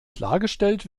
klargestellt